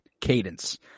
cadence